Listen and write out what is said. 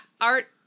art